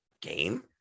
game